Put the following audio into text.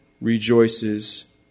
rejoices